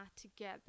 together